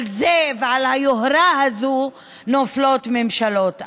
על זה ועל היוהרה הזו נופלות ממשלות.